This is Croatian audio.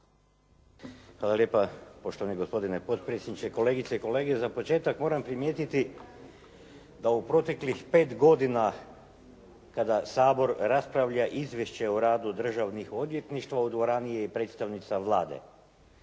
Hvala lijepa poštovani gospodine potpredsjedniče, kolegice i kolege. Za početak moram primijetiti da u proteklih 5 godina kada Sabor raspravlja Izvješće o radu državnih odvjetništva u dvorani je i predstavnica Vlade.